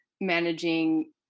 managing